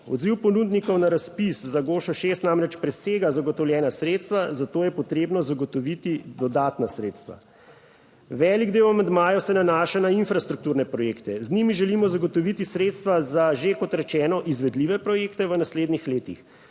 Odziv ponudnikov na razpis za GOŠO 6 namreč presega zagotovljena sredstva, zato je potrebno zagotoviti dodatna sredstva. Velik del amandmajev se nanaša na infrastrukturne projekte. Z njimi želimo zagotoviti sredstva za že, kot rečeno, izvedljive projekte v naslednjih letih.